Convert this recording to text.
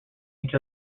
each